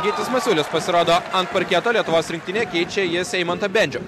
gytis masiulis pasirodo ant parketo lietuvos rinktinė keičia jas eimantą bendžių